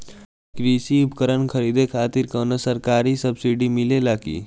कृषी उपकरण खरीदे खातिर कउनो सरकारी सब्सीडी मिलेला की?